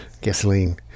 gasoline